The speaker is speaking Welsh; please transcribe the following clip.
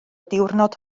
diwrnod